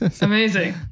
Amazing